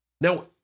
Now